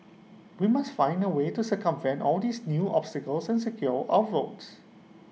we must find A way to circumvent all these new obstacles and secure our votes